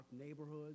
neighborhoods